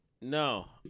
no